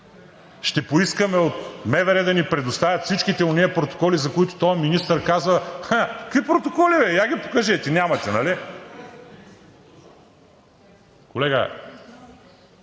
Ще поискаме от МВР да ни предоставят всичките ония протоколи, за които тоя министър казва: ха, какви протоколи бе, я ги покажете, нямате, нали?